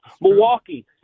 Milwaukee